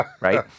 right